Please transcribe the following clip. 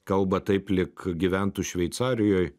kalba taip lyg gyventų šveicarijoj